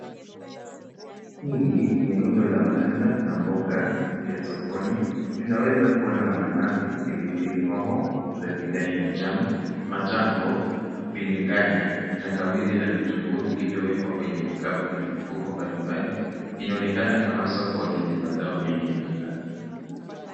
Hili ni rundo la matunda na mboga iko sokoni, tunaweza kuona mananasi, pilipili hoho za kijani na njano, machango, bilinganya, tangawizi na vitunguu vilivyowekwa kwenye vikapu na mifuko mbali mbali inaonekana kama soko lenye mazao mengi na safi.